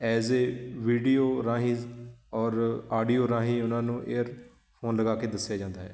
as a video ਰਾਹੀਂ ਔਰ audio ਰਾਹੀਂ ਉਹਨਾਂ ਨੂੰ ਏਅਰਫ਼ੋਨ ਲਗਾ ਕੇ ਦੱਸਿਆ ਜਾਂਦਾ ਹੈ